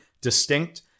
distinct